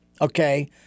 Okay